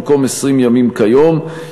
במקום 20 ימים כיום,